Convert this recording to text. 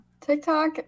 tiktok